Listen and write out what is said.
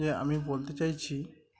যে আমি বলতে চাইছি